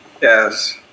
Yes